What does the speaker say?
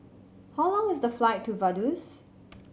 how long is the flight to Vaduz